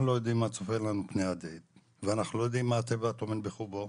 לא יודעים מה צופן לנו פני עתיד ואנחנו לא יודעים מה הטבע טומן בחובו,